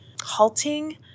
halting